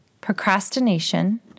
procrastination